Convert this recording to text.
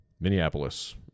Minneapolis